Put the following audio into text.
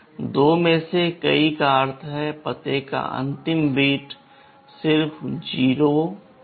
2 में से कई का अर्थ है पते का अंतिम बिट 0 होगा